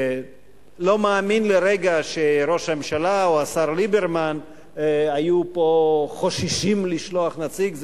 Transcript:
לא מאמין לרגע שראש הממשלה או השר ליברמן היו חוששים לשלוח נציג.